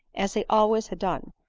as he always had done,